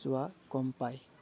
যোৱা গম পায়